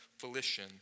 volition